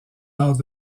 arts